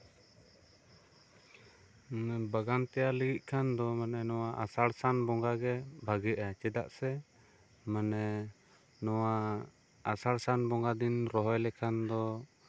ᱵᱟᱜᱟᱱ ᱛᱮᱭᱟᱨ ᱞᱟᱹᱜᱤᱫ ᱠᱷᱟᱱ ᱫᱚ ᱢᱟᱱᱮ ᱱᱚᱣᱟ ᱟᱥᱟᱲ ᱥᱟᱱ ᱵᱚᱸᱜᱟ ᱜᱮ ᱵᱷᱟᱜᱮᱜᱼᱟ ᱪᱮᱫᱟᱜ ᱥᱮ ᱢᱟᱱᱮ ᱱᱚᱣᱟ ᱟᱥᱟᱲ ᱵᱚᱸᱜᱟ ᱫᱤᱱ ᱨᱚᱦᱚᱭ ᱞᱮᱠᱷᱟᱱ ᱫᱚ